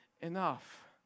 enough